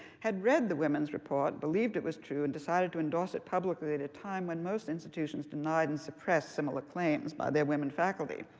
had read the women's report, believed it was true, and decided to endorse it publicly at a time when most institutions denied and suppressed similar claims by their women faculty.